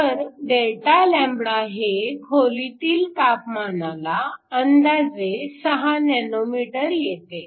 तर Δλ हे खोलीतील तापमानाला अंदाजे 6 नॅनोमीटर येते